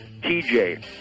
TJ